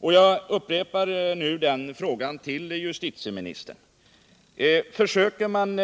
Och jag upprepar nu den frågan till justitieministern: Har man